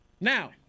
Now